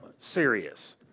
serious